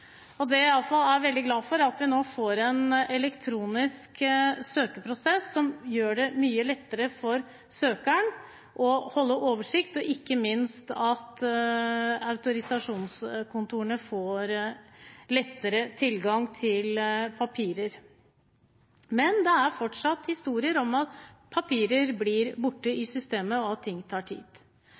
Det jeg iallfall er veldig glad for, er at vi nå får en elektronisk søkeprosess, som gjør det mye lettere for søkeren å holde oversikt, og ikke minst at autorisasjonskontorene får lettere tilgang til papirer. Men det er fortsatt historier om at papirer blir borte i systemet, og at ting tar tid.